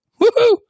woohoo